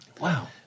Wow